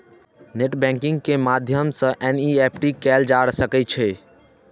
net banking के माध्यम सं एन.ई.एफ.टी कैल जा सकै छै